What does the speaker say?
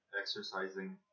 exercising